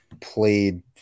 played –